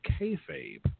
kayfabe